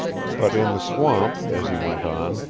but in the swamp, as he went on,